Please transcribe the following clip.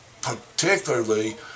particularly